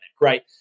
right